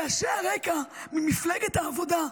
רעשי הרקע ממפלגת העבודה,